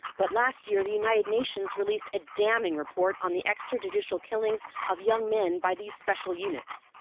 but, last year, the united nations released a damning report on the extrajudicial killings of young men by these special units.